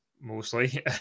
mostly